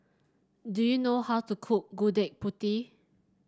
do you know how to cook Gudeg Putih